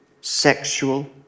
sexual